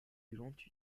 violentes